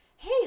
hey